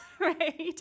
Right